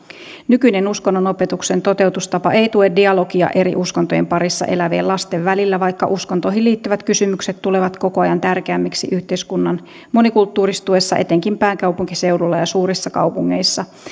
nykyinen uskonnonopetuksen toteutustapa ei tue dialogia eri uskontojen parissa elävien lasten välillä vaikka uskontoihin liittyvät kysymykset tulevat koko ajan tärkeämmiksi yhteiskunnan monikulttuuristuessa etenkin pääkaupunkiseudulla ja suurissa kaupungeissa